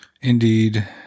Indeed